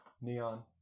neon